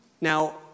Now